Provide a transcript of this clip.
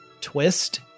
twist